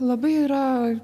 labai yra